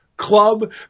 Club